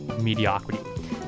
Mediocrity